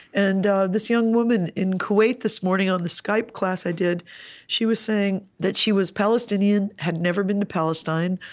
and this young woman in kuwait, this morning, on the skype class i did she was saying that she was palestinian had never been to palestine.